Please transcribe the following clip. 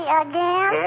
again